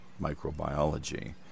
microbiology